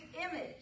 image